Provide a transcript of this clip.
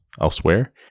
elsewhere